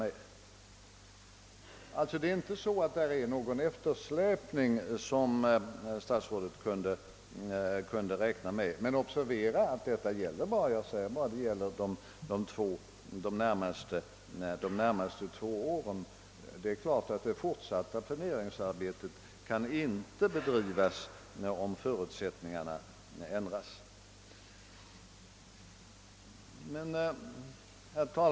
Det är alltså inte så att här föreligger någon eftersläpning som statsrådet kunde räkna med. Men observera att detta gäller bara de två närmaste åren; det är klart att det fortsatta planeringsarbetet inte kan bedrivas som hittills om förutsättningarna ändras.